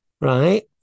right